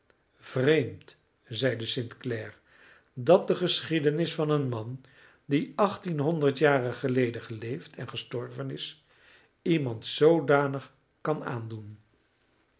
vreemd zeide st clare dat de geschiedenis van een man die achttienhonderd jaren geleden geleefd en gestorven is iemand zoodanig kan aandoen